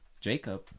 Jacob